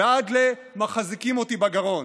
ועד ל"מחזיקים אותי בגרון",